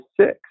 six